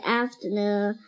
afternoon